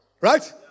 Right